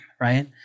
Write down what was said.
right